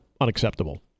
unacceptable